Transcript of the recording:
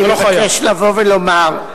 אני מבקש לבוא ולומר: